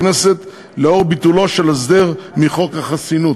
הכנסת לאור ביטולו של הסדר מחוק החסינות.